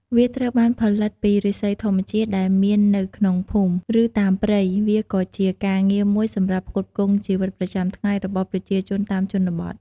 វាត្រូវបានផលិតពីឫស្សីធម្មជាតិដែលមាននៅក្នុងភូមិ ឬតាមព្រៃ វាក៏ជាការងារមួយសម្រាប់ផ្គត់ផ្គង់ជីវិតប្រចាំថ្ងៃរបស់ប្រជាជនតាមជនបទ។